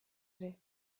ere